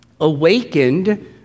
awakened